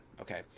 okay